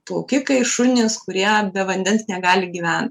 plaukikai šunys kurie be vandens negali gyvent